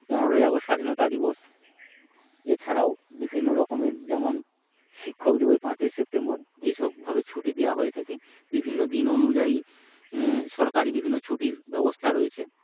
পনেরোই আগস্ট স্বাধীনতা দিবস এছাড়াও বিভিন্ন রকমের যেমন শিক্ষক দিবস পাঁচই সেপ্টেম্বর এসব ভাবে ছুটি দেওয়া হয়ে থাকে বিভিন্ন দিন অনুযায়ী সরকারি বিভিন্ন ছুটির ব্যবস্থা রয়েছে